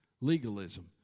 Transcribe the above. legalism